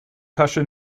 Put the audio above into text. tasche